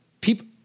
people